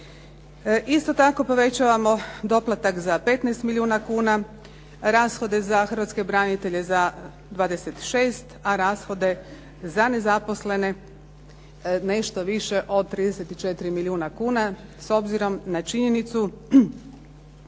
Isto tako povećavamo doplatak za 15 milijuna kuna, rashode za Hrvatske branitelje za 26, a rashode za nezaposlene nešto više od 34 milijuna kuna s obzirom na činjenicu